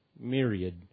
myriad